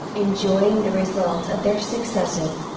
enjoying the results of their successes,